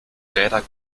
räder